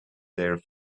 there